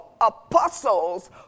apostles